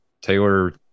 taylor